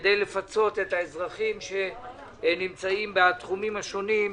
כדי לפצות את האזרחים שנמצאים בתחומים השונים.